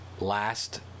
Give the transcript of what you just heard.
last